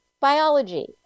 biology